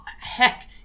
heck